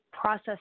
process